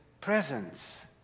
presence